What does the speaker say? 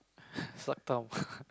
suck thumb